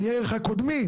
עניי עירך קודמים.